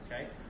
Okay